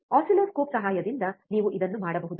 oscilloscope ಸಹಾಯದಿಂದ ನೀವು ಇದನ್ನು ಮಾಡಬಹುದು